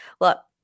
Look